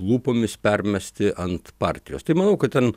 lūpomis permesti ant partijos tai manau kad ten